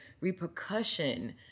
repercussion